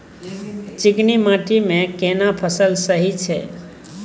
चिकनी माटी मे केना फसल सही छै?